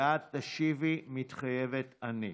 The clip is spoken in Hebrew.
ואת תשיבי "מתחייבת אני".